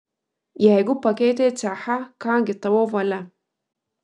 jeigu pakeitei cechą ką gi tavo valia